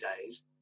days